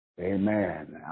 Amen